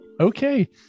okay